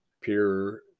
pure